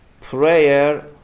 Prayer